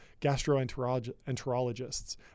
gastroenterologists